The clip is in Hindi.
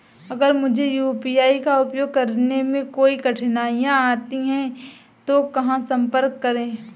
अगर मुझे यू.पी.आई का उपयोग करने में कोई कठिनाई आती है तो कहां संपर्क करें?